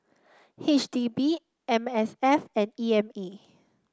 H D B M S F and E M A